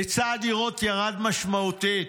היצע הדירות ירד משמעותית.